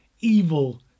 evil